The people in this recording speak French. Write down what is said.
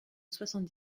soixante